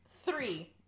Three